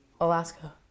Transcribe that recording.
Alaska